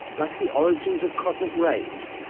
like the origins of cosmic rays,